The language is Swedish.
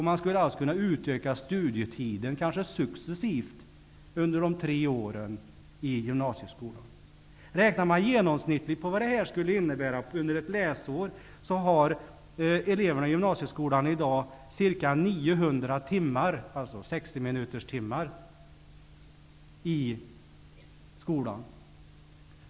Man skulle kanske kunna utöka studietiden successivt under de tre åren i gymnasieskolan. Räknar man genomsnittligt på vad detta skulle innebära under ett läsår får man utgå från att eleverna i gymnasieskolan i dag har ca 900 sextiominuterslektioner i skolan.